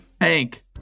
Hank